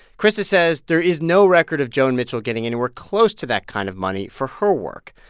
christa says there is no record of joan mitchell getting anywhere close to that kind of money for her work,